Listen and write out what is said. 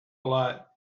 lot